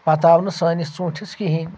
پَتہٕ آو نہٕ سٲنِس ژوٗنٛٹھِس کِہیٖنۍ